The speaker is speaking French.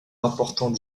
important